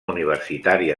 universitària